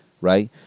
right